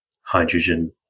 hydrogen